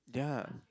ya